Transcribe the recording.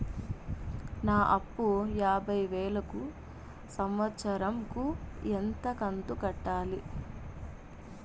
నా అప్పు యాభై వేలు కు సంవత్సరం కు ఎంత కంతు కట్టాలి?